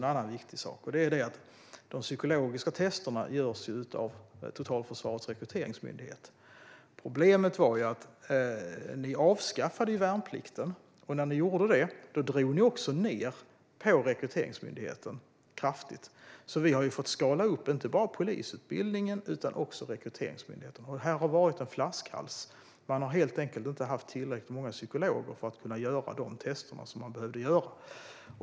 En annan viktig sak är att de psykologiska testerna görs av Totalförsvarets rekryteringsmyndighet. Problemet var att när ni avskaffade värnplikten drog ni också kraftigt ned på Rekryteringsmyndigheten. Vi har därför fått skala upp inte bara polisutbildningen utan också Rekryteringsmyndigheten. Här har det varit en flaskhals, för man har inte haft tillräckligt många psykologer för att göra de tester man behövde.